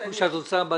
או שאת רוצה בדיון?